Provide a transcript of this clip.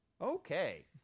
Okay